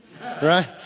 right